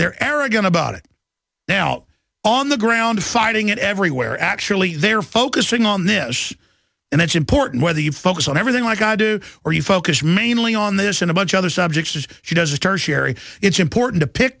they're arrogant about it now on the ground fighting it everywhere actually they're focusing on this and it's important whether you focus on everything like i do or you focus mainly on this and a bunch other subjects which she does a tertiary it's important to pick